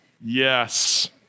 yes